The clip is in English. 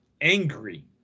angry